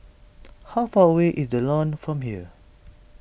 how far away is the Lawn from here